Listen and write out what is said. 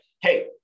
hey